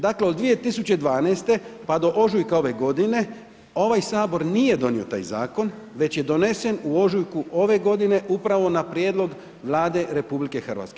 Dakle, od 2012., pa do ožujka ove godine, ovaj HS nije donio taj zakon, već je donesen u ožujku ove godine, upravo na prijedlog Vlade RH.